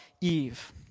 Eve